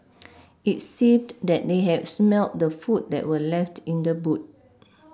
it seemed that they had smelt the food that were left in the boot